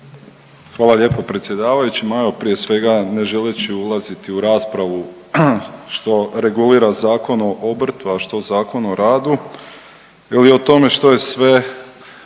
Hvala lijepo predsjedavajući. Ma evo, prije svega, ne želeći ulaziti u raspravu što regulira Zakon o obrtu, a što ZOR ili o tome što je sve